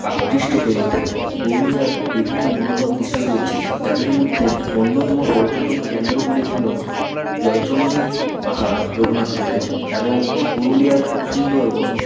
আকৃষ্ট হয়ে ওঠেন পুরুলিয়ার বিভিন্ন মনোরম দৃশ্য রয়েছে যাদের মধ্যে অন্যতম পর্যটন কেন্দ্রগুলি হল জয়চণ্ডী পাহাড় রঘুনাথপুরের এবং পুরুলিয়ার সুন্দরবন